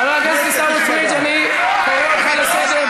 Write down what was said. חבר הכנסת עיסאווי פריג' כנסת נכבדה,